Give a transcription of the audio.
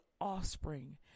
offspring